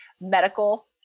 medical